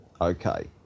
Okay